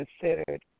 considered